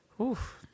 Oof